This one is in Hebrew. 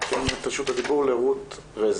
ניתן את רשות הדיבור לרות רזניק.